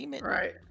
right